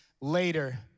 later